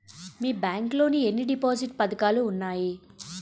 మీ bank లో ఎన్ని deposit పథకాలు ఉన్నాయి?